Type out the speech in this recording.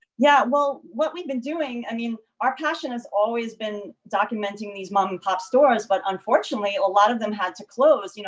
yeah, well what we've been doing i mean our passion has always been documenting these mom-and-pop stores, but unfortunately a lot of them had to close, you know,